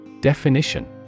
Definition